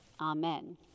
Amen